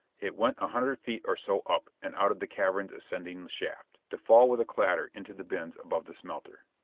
it went a hundred feet or so up and out of the cavern's ascending shaft, to fall with a clatter into the bins above the smelter.